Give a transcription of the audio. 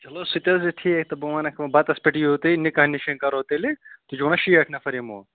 چلو سُہ تہِ حظ چھِ ٹھیٖک تہٕ بہٕ وَنکھ وۄنۍ بَتَس پٮ۪ٹھ یِیِو تُہۍ نِکاح نِشٲنۍ کَرو تیٚلہِ تُہۍ چھُو وَنان شیٹھ نفر یِمو